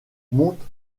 monte